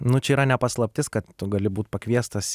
nu čia yra ne paslaptis kad tu gali būt pakviestas